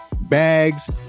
bags